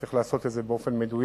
צריך לעשות את זה באופן מדויק